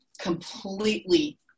completely